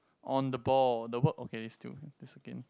on the ball the work okay is still this again